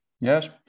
yes